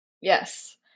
Yes